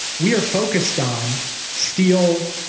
we are focused on steel,